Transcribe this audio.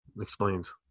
Explains